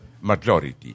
majority